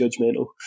judgmental